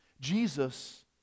Jesus